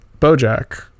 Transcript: bojack